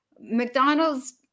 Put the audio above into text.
McDonald's